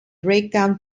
breakdown